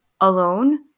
alone